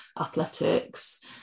athletics